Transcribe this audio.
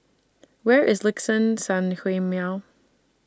Where IS Liuxun Sanhemiao